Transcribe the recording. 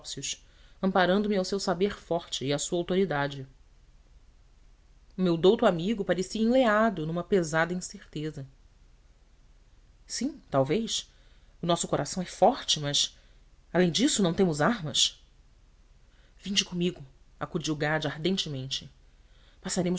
topsius amparando me ao seu saber forte e à sua autoridade o meu douto amigo parecia enleado numa pesada incerteza sim talvez o nosso coração é forte mas além disso não temos armas vinde comigo acudiu gade ardentemente